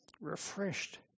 refreshed